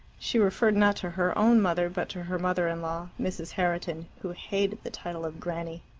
she referred not to her own mother, but to her mother-in-law, mrs. herriton, who hated the title of granny.